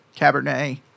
Cabernet